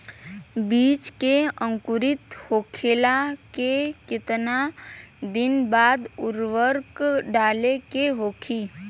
बिज के अंकुरित होखेला के कितना दिन बाद उर्वरक डाले के होखि?